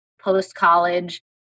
post-college